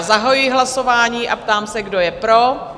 Zahajuji hlasování a ptám se, kdo je pro?